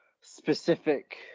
specific